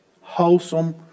wholesome